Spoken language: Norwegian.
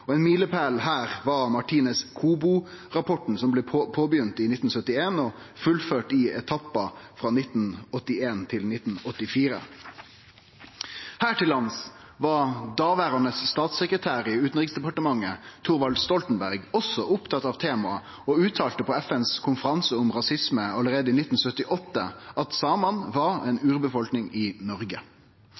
Ein milepæl her var Martínez Cobo-rapporten, som blei begynt på i 1971 og fullført i etappar frå 1981 til 1984. Her til lands var daverande statssekretær i Utanriksdepartementet, Thorvald Stoltenberg, også opptatt av temaet og uttalte på FNs konferanse om rasisme allereie i 1978 at samane var ei urbefolkning i Noreg.